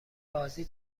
بازی